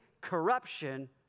corruption